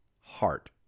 heart